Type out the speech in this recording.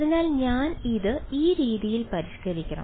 അതിനാൽ ഞാൻ ഇത് ഈ രീതിയിൽ പരിഷ്കരിക്കണം